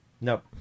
Nope